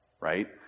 right